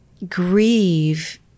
grieve